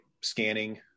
scanning